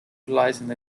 utilized